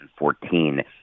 2014